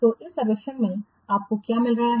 तो इस सर्वेक्षण से आपको क्या मिल रहा है